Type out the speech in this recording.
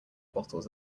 bottles